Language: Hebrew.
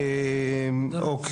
זאת